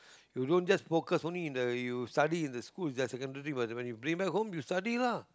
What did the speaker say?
you don't just focus only in the you study in the school inside secondary for example you bring back home you study lah